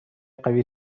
قوی